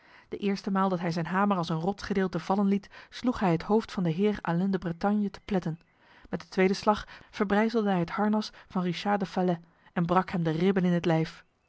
de eerste maal dat hij zijn hamer als een rotsgedeelte vallen liet sloeg hij het hoofd van de heer alin de bretagne te pletten met de tweede slag verbrijzelde hij het harnas van richard de falais en brak hem de ribben in het lijf